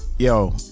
Yo